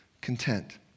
content